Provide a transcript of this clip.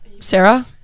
Sarah